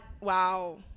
wow